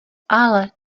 ale